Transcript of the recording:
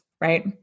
right